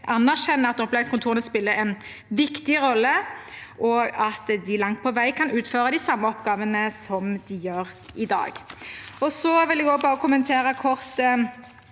ute, anerkjenner at opplæringskontorene spiller en viktig rolle, og at de langt på vei kan utføre de samme oppgavene som de gjør i dag.